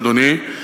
אדוני,